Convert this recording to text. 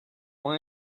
more